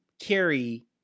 carry